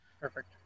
Perfect